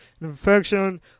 infection